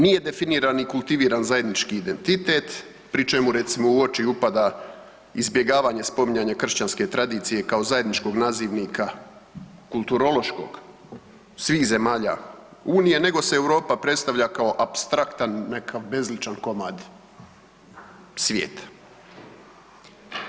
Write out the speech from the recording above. Nije definiran i kultiviran zajednički identitet pri čemu recimo u oči upada izbjegavanje i spominjanje kršćanske tradicije kao zajedničkog nazivnika kulturološkog svih zemalja unije nego se Europa predstavlja kao apstraktan nekakav bezličan komad svijeta.